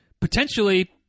potentially